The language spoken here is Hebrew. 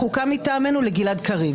הדיבור שלי על שינוי החוקה במדינת ישראל,